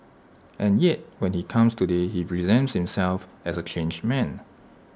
and yet when he comes today he presents himself as A changed man